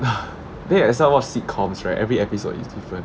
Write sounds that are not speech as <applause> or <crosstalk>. <breath> might as well watch sitcoms right every episode is different